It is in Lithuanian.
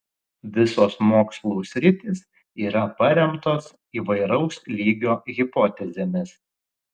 visos mokslų sritys yra paremtos įvairaus lygio hipotezėmis